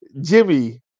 Jimmy